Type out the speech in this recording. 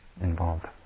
involved